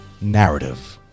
narrative